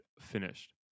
finished